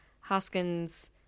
Haskins